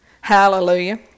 Hallelujah